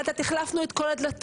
לאט לאט החלפנו את כל הדלתות,